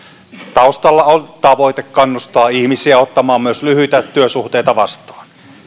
taustalla on tavoite kannustaa ihmisiä ottamaan myös lyhyitä työsuhteita vastaan